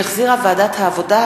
שהחזירה ועדת העבודה,